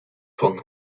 van